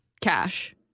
cash